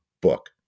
book